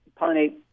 pollinate